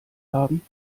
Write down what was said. haben